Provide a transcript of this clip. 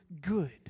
good